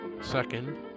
Second